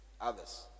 Others